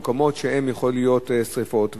במקומות שבהם יכולות להיות שרפות,